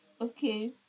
Okay